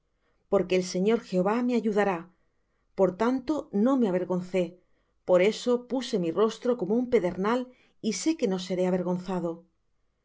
porque el señor jehová me ayudará por tanto no me avergoncé por eso puse mi rostro como un pedernal y sé que no seré avergonzado